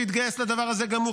שהתגייס לדבר הזה גם הוא,